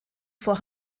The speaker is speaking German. vor